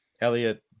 Elliot